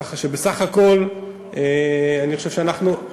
ככה שבסך הכול אני חושב שאנחנו,